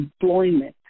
employment